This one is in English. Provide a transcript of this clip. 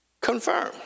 Confirm